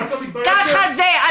ככה זה.